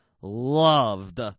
loved